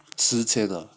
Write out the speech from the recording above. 十千 ah